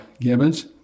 Gibbons